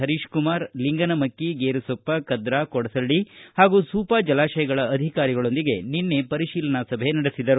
ಪರೀಶಕುಮಾರ್ ಅವರು ಲಿಂಗನಮಕ್ಕಿ ಗೇರುಸೊಪ್ಪ ಕದ್ರಾ ಕೊಡಸಳ್ಳ ಹಾಗೂ ಸೂಪಾ ಜಲಾಶಯಗಳ ಅಧಿಕಾರಿಗಳೊಂದಿಗೆ ಪರಿಶೀಲನಾ ಸಭೆ ನಡೆಸಿದರು